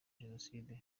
jenoside